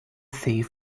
thief